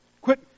Quit